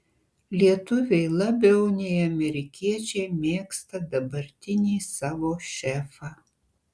lietuviai labiau nei amerikiečiai mėgsta dabartinį savo šefą